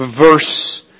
verse